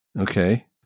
Okay